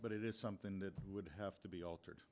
but it is something that would have to be altered